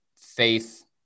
faith